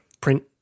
print